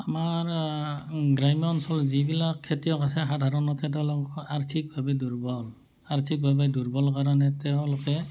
আমাৰ গ্ৰাম্য অঞ্চল যিবিলাক খেতিয়ক আছে সাধাৰণতে তেওঁলোকক আৰ্থিকভাৱে দুৰ্বল আৰ্থিকভাৱে দুৰ্বল কাৰণে তেওঁলোকে